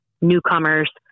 newcomers